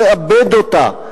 נאבד אותה.